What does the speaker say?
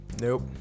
nope